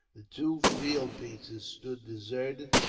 the two field pieces stood deserted,